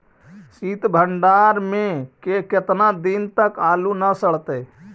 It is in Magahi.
सित भंडार में के केतना दिन तक आलू न सड़तै?